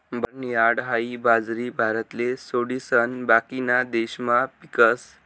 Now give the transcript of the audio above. barnyard हाई बाजरी भारतले सोडिसन बाकीना देशमा पीकस